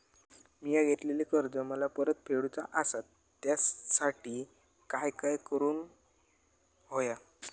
मिया घेतलेले कर्ज मला परत फेडूचा असा त्यासाठी काय काय करून होया?